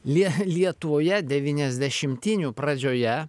lie lietuvoje deviniasdešimtinių pradžioje